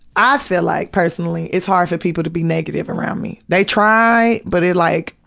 i feel like, personally, it's hard for people to be negative around me. they try, but it like,